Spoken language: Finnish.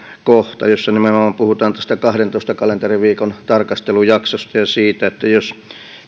kohdassa jossa nimenomaan puhutaan tästä kahdentoista kalenteriviikon tarkastelujaksosta ja siitä että jos